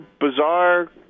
bizarre